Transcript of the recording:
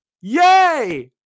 Yay